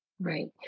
right